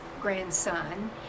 grandson